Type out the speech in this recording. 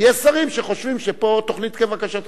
כי יש שרים שחושבים שפה יש תוכנית כבקשתך.